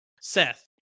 Seth